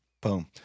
Boom